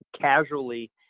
casually